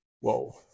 Whoa